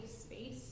space